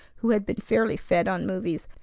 who had been fairly fed on movies.